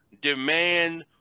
demand